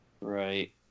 Right